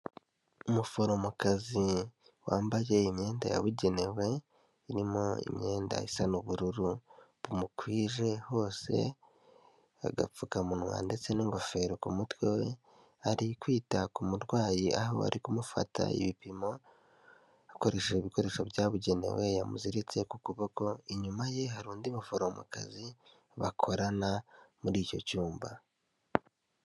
Umuforomokazi wambaye imyenda yabugenewe, irimo imyenda isa n'ubururu bumukwije hose, agapfukamunwa ndetse n'ingofero ku mutwe we, ari kwita ku murwayi aho ari kumufata ibipimo akoresheje ibikoresho byabugenewe, yamuziritse ku kuboko, inyuma ye hari undi muforomokazi bakorana muri icyo cyumba.